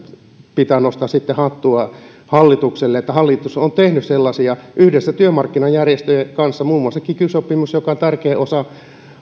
pitää nostaa hattua hallitukselle hallitus on tehnyt sellaisia toimia yhdessä työmarkkinajärjestöjen kanssa muun muassa kiky sopimuksen joka on tärkeä osa